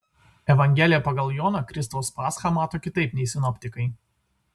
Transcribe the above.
evangelija pagal joną kristaus paschą mato kitaip nei sinoptikai